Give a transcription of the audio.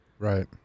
Right